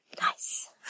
nice